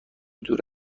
دور